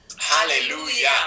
Hallelujah